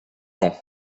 temps